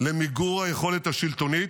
למיגור היכולת השלטונית,